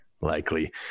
likely